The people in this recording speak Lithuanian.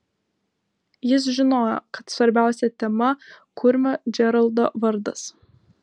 jis žinojo kad svarbiausia tema kurmio džeraldo vardas